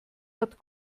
hat